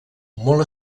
molt